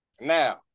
Now